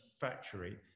factory